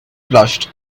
blushed